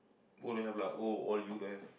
O don't have lah O all you don't have